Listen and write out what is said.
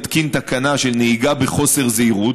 התקין תקנה של נהיגה בחוסר זהירות,